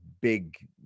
big